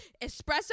espresso